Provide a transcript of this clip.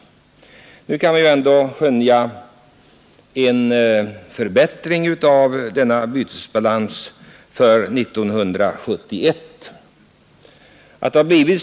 Nu kan man ändå skönja en förbättring av denna bytesbalans för 1971, åtminstone tillfälligt.